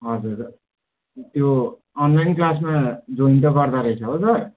हजुर त्यो अनलाइन क्लासमा जोइन त गर्दोरहेछ हो सर